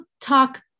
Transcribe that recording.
talk